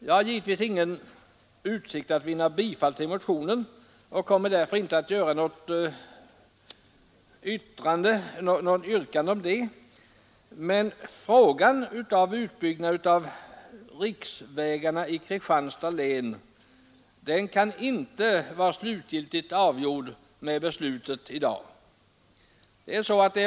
Jag har givetvis ingen utsikt att vinna bifall till motionen och kommer därför inte att framställa något yrkande om det, men frågan om utbyggnad av riksvägarna i Kristianstads län kan inte vara slutgiltigt avgjord med beslutet i dag.